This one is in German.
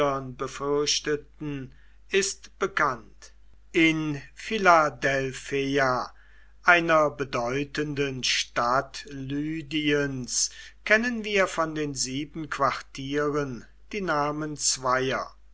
befürchteten ist bekannt in philadelpheia einer bedeutenden stadt lydiens kennen wir von den sieben quartieren die namen zweier